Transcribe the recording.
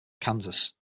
kansas